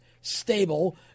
stable